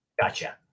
gotcha